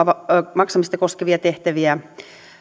maksamista koskevia tehtäviä